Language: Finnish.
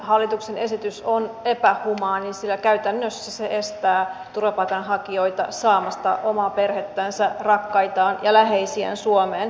hallituksen esitys on epähumaani sillä käytännössä se estää turvapaikanhakijoita saamasta omaa perhettään rakkaitaan ja läheisiään suomeen